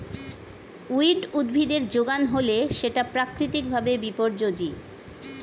weed উদ্ভিদের যোগান হলে সেটা প্রাকৃতিক ভাবে বিপর্যোজী